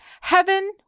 Heaven